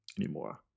anymore